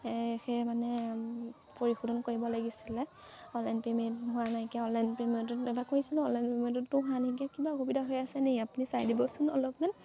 সেই মানে পৰিশোধন কৰিব লাগিছিলে অনলাইন পেমেণ্ট হোৱা নাই কিয় অনলাইন পে'মেণ্টত এবাৰ কৰিছিলোঁ অনলাইন পে'মেণ্টতো হোৱা নেকি কিবা অসুবিধা হৈ আছে নে আপুনি চাই দিবচোন অলপমান